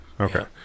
Okay